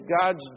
God's